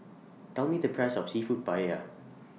Tell Me The Price of Seafood Paella